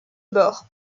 bord